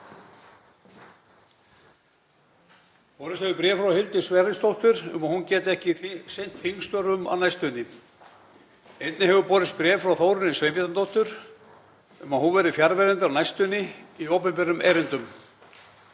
Borist hefur bréf frá Hildi Sverrisdóttur um að hún geti ekki sinnt þingstörfum á næstunni. Einnig hefur borist bréf frá Þórunni Sveinbjarnardóttur um að hún verði fjarverandi á næstunni í opinberum erindum.